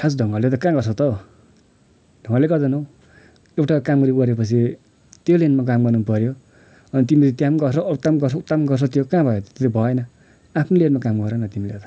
खास ढङ्गले त कहाँ गर्छौ त हौ ढङ्गले गर्दैनौ एउटा काम गऱ्यो गरेपछि त्यो लाइनमा काम गर्नुपऱ्यो अनि तिमीले त्यहाँ नि गर्छौ उता पनि गर्छौ उता नि गर्छौ त्यो कहाँ भयो त त्यो भएन आफ्नो लेनमा काम गर न तिमीले त